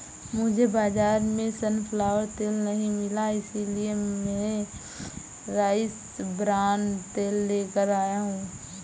मुझे बाजार में सनफ्लावर तेल नहीं मिला इसलिए मैं राइस ब्रान तेल लेकर आया हूं